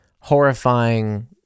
horrifying